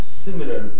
Similar